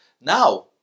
now